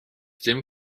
dim